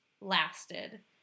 lasted